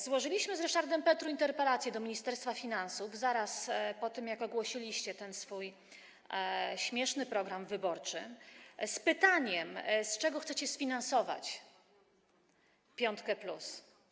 Złożyliśmy z Ryszardem Petru interpelację do Ministerstwa Finansów zaraz po tym, jak ogłosiliście ten swój śmieszny program wyborczy, z pytaniem, z czego chcecie sfinansować piątka+.